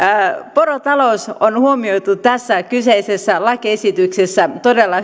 porotalous on huomioitu tässä kyseisessä lakiesityksessä todella